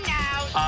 now